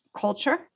culture